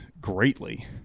greatly